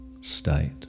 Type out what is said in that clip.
state